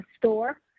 store